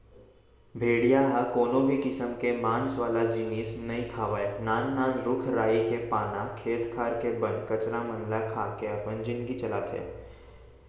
भेड़िया ह कोनो भी किसम के मांस वाला जिनिस नइ खावय नान नान रूख राई के पाना, खेत खार के बन कचरा मन ल खा के अपन जिनगी चलाथे